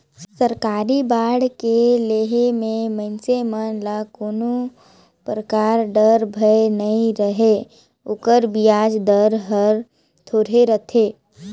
सरकारी बांड के लेहे मे मइनसे मन ल कोनो परकार डर, भय नइ रहें ओकर बियाज दर हर थोरहे रथे